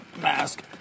mask